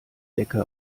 decke